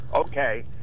Okay